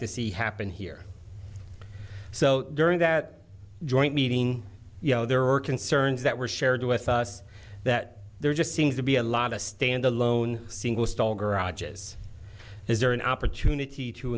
to see happen here so during that joint meeting you know there are concerns that were shared with us that there just seems to be a lot of stand alone single stall garages is there an opportunity to